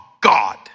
God